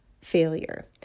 failure